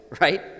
right